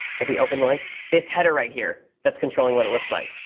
if we open the link, this header right here that's controlling what it looks like.